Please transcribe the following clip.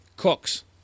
Cooks